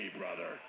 brother